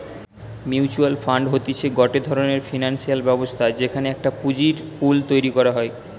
mutual fund হতিছে গটে ধরণের ফিনান্সিয়াল ব্যবস্থা যেখানে একটা পুঁজির পুল তৈরী করা হয়